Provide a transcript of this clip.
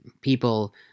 people